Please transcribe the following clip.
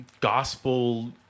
gospel